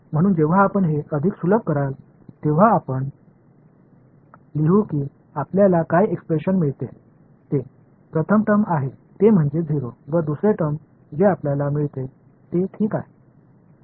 म्हणून जेव्हा आपण हे अधिक सुलभ कराल तेव्हा आपण लिहू की आपल्याला काय एक्सप्रेशन मिळते ते प्रथम टर्म आहे ते म्हणजे 0 व दुसरे टर्म जे आपल्याला मिळते ते ठीक आहे